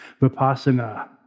vipassana